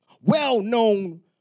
well-known